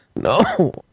No